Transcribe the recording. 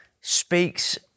speaks